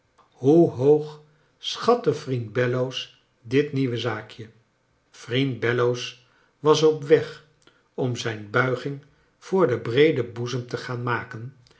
hoe hoog schatte vriend bellows dit nieuwe zaakje vriend bellows was op weg om zijn bulging voor den breeden boezem te gaan maken